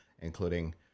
including